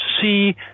see